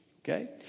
Okay